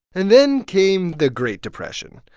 and then came the great depression.